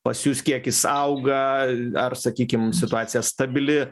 pas jus kiekis auga ar sakykim situacija stabili